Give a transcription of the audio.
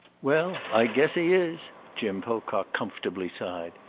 well, i guess he is! jim pocock comfortably sighed.